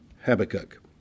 Habakkuk